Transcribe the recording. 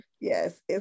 yes